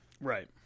right